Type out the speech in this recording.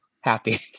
happy